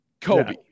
Kobe